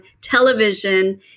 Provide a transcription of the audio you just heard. television